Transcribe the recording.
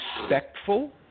respectful